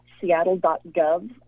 seattle.gov